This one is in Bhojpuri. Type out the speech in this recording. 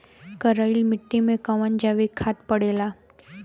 करइल मिट्टी में कवन जैविक खाद पड़ेला?